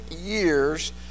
years